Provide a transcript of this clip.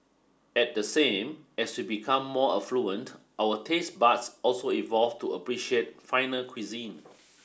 at the same as we become more affluent our taste buds also evolve to appreciate finer cuisine